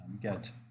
get